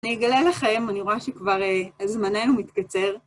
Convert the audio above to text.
אני אגלה לכם, אני רואה שכבר... זמננו מתקצר...